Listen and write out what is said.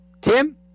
tim